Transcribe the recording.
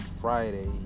Friday